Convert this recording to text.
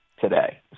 today